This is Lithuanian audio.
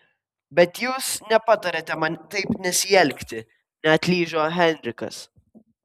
bet jūs nepatariate man taip nesielgti neatlyžo henrikas